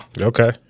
Okay